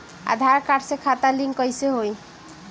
आधार card से खाता link कईसे होई?